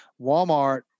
Walmart